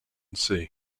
sea